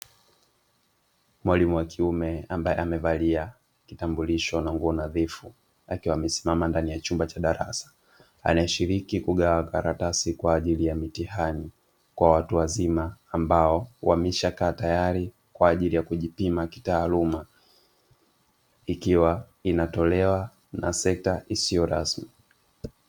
Mwalimu wakiume ambaye amevalia kitambulisho na nguo nadhifu, akiwa amesimama ndani ya chumba cha darasa, anashiriki kugawa karatasi kwa ajili ya mitihani kwa watu wazima ambao wameshakaa tayari kwa ajili ya kujipima kitaaluma, ikiwa inatolewa na sekta isiyo rasmi.